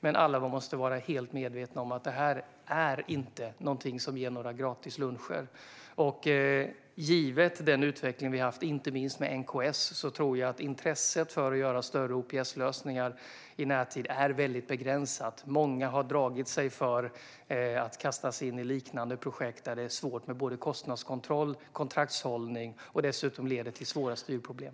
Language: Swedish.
Men alla måste vara helt medvetna om att detta inte ger några gratis luncher. Givet den utveckling vi har haft, inte minst med NKS, tror jag att intresset för större OPS-lösningar i närtid är begränsat. Många har dragit sig för att kasta sig in i liknande projekt där det är svårt med både kostnadskontroll och kontraktshållning och dessutom leder till svåra styrproblem.